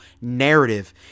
narrative